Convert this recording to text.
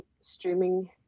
streaming